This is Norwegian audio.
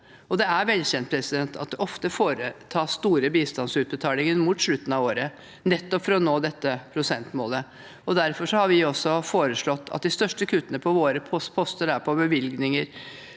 Det er velkjent at det ofte foretas store bistandsutbetalinger mot slutten av året nettopp for å nå dette prosentmålet. Derfor har vi foreslått at de største kuttene skal være på poster hvor bevilgningene